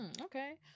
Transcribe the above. Okay